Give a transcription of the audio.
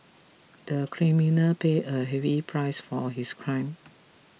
the criminal paid a heavy price for his crime